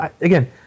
again